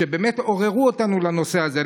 שבאמת עוררו אותנו לנושא הזה.